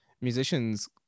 musicians